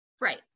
Right